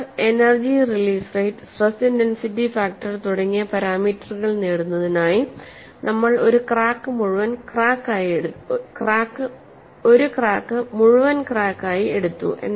sir energy release rate stress intensity factor തുടങ്ങിയ പാരാമീറ്ററുകൾ നേടുന്നതിനായി നമ്മൾ ഒരു ക്രാക്ക് മുഴുവൻ ക്രാക്ക് ആയി എടുത്തു